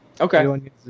Okay